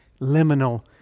liminal